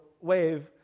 wave